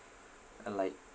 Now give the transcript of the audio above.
uh like